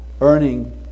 earning